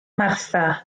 martha